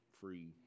free